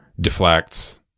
deflects